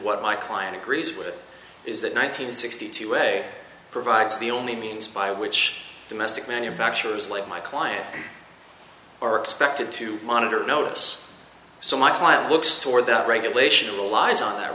what my client agrees with it is that nine hundred sixty two way provides the only means by which domestic manufacturers like my client or expected to monitor notice so my client looks toward the regulation allies on that